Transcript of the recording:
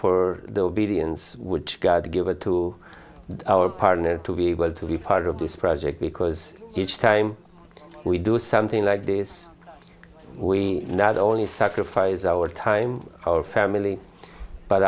for the obedience which god to give it to our partner to be able to be part of this project because each time we do something like this we not only sacrifice our time our family but